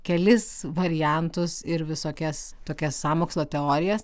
kelis variantus ir visokias tokias sąmokslo teorijas